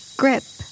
grip